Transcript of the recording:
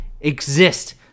exist